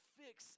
fix